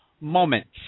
moments